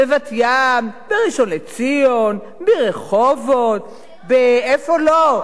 בבת-ים, בראשון-לציון, ברחובות, איפה לא?